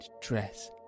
dress